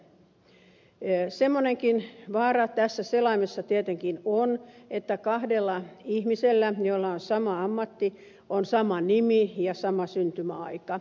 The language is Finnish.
semmoinenkin vaara tässä selaimessa tietenkin on että kahdella ihmisellä joilla on sama ammatti on sama nimi ja sama syntymäaika